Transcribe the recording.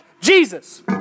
Jesus